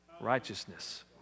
Righteousness